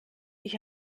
ich